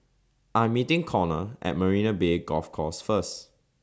I Am meeting Connor At Marina Bay Golf Course First